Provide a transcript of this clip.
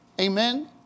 Amen